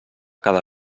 cada